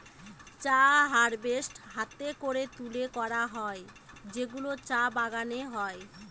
চা হারভেস্ট হাতে করে তুলে করা হয় যেগুলো চা বাগানে হয়